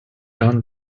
done